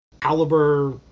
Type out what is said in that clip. caliber